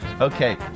Okay